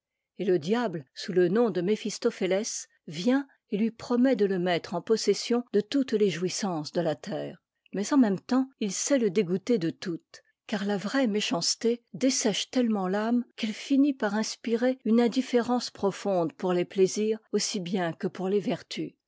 et le diable sous le nom de méphistophétès vient et lui promet de le mettre en possession de toutes les jouissances de la terre mais en même temps il sait le dégoûter de toutes car la vraie méchanceté dessèche tellement t'ame qu'elle finit par inspirer une indifférence profonde pour les plaisirs aussi bien que pour les vertus